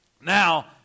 Now